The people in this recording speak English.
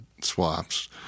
swaps